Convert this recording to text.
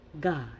God